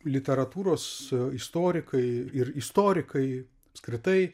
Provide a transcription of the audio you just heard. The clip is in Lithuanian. literatūros istorikai ir istorikai apskritai